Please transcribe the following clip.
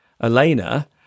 Elena